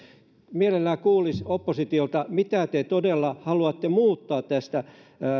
mielellään kuulisi oppositiolta mitä te todella haluatte muuttaa tästä